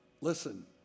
Listen